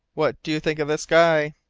what do you think of the sky?